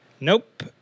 Nope